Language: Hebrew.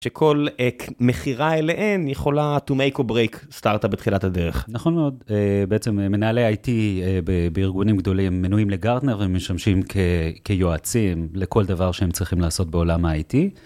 שכל מכירה אליהן יכולה to make or break סטארט-אפ בתחילת הדרך נכון מאוד בעצם מנהלי איי-טי בארגונים גדולים מנויים לגארטנר ומשמשים כיועצים לכל דבר שהם צריכים לעשות בעולם האיי-טי.